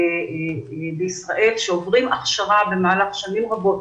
בישראל שעוברים הכשרה במהלך שנים רבות